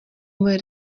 moje